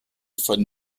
von